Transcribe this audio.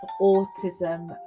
autism